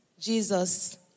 Jesus